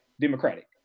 Democratic